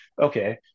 okay